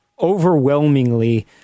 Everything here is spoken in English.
overwhelmingly